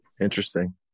Interesting